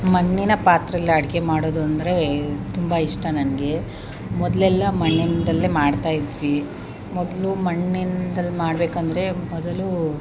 ಮಣ್ಣಿನ ಪಾತ್ರೆಯಲ್ಲಿ ಅಡುಗೆ ಮಾಡೋದು ಅಂದರೆ ತುಂಬ ಇಷ್ಟ ನನಗೆ ಮೊದಲೆಲ್ಲ ಮಣ್ಣಿನಿಂದಲೇ ಮಾಡ್ತಾಯಿದ್ವಿ ಮೊದಲು ಮಣ್ಣಿಂದಲೇ ಮಾಡ್ಬೇಕೆಂದ್ರೆ ಮೊದಲು